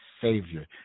Savior